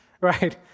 right